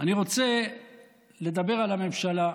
אני רוצה לדבר על הממשלה,